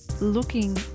looking